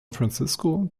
francisco